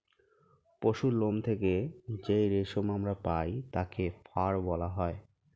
পশুর লোম থেকে যেই রেশম আমরা পাই তাকে ফার বলা হয়